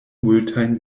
multajn